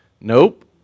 Nope